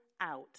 out